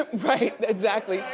right, exactly.